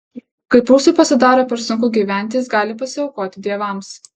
kai prūsui pasidaro per sunku gyventi jis gali pasiaukoti dievams